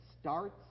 starts